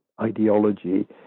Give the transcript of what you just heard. ideology